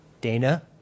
Dana